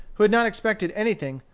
who had not expected anything,